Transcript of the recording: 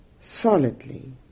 solidly